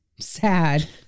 sad